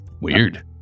Weird